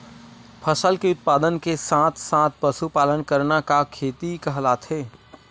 फसल के उत्पादन के साथ साथ पशुपालन करना का खेती कहलाथे?